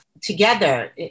together